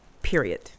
period